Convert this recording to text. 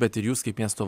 bet ir jūs kaip miesto